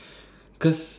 cause